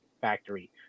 Factory